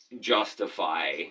justify